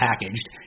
packaged